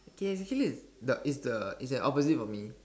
he's actually is the is the is an opposite of me